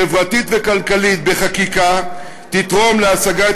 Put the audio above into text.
חברתית וכלכלית בחקיקה תתרום להשגת